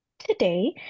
Today